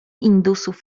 indusów